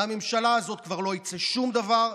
מהממשלה הזאת כבר לא יצא שום דבר,